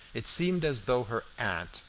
it seemed as though her aunt,